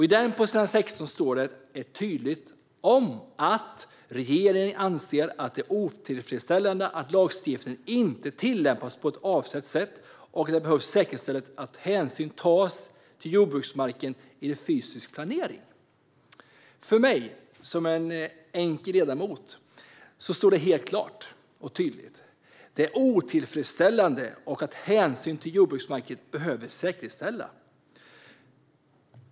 I den står det tydligt: "Regeringen anser att det är otillfredsställande att lagstiftningen inte tillämpas på avsett sätt och att det behöver säkerställas att hänsyn tas till jordbruksmarken i den fysiska planeringen." För mig som enkel ledamot står det helt klart: Det är otillfredsställande, och hänsyn till jordbruksmarken behöver säkerställas.